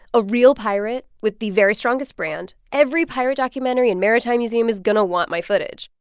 a real pirate with the very strongest brand. every pirate documentary and maritime museum is going to want my footage.